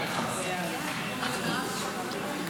היית ונשארת וסאל.